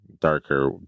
darker